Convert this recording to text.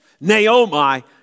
Naomi